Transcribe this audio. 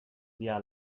via